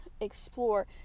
explore